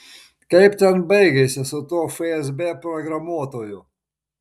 kaip ten baigėsi su tuo fsb programuotoju